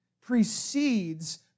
precedes